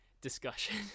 discussion